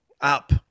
up